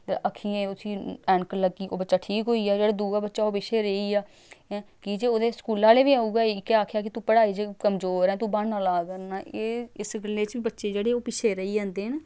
ते अक्खियें उसी ऐनक लग्गी ओह् बच्चा ठीक होई गेआ जेह्ड़ा दूआ बच्चा ओह् पिच्छें रेही गेआ की जे ओह्दे स्कूल आह्ले बी इ'यै आखेआ कि तूं पढ़ाई च कमजोर ऐ तूं ब्हान्ना ला करना एह् इस गल्लै च बच्चे जेह्ड़े ओह् पिच्छे रेही जंदे न